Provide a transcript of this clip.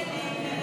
הסתייגות 166 לא